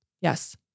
Yes